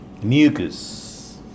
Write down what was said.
Mucus